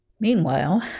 Meanwhile